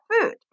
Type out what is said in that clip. food